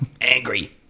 angry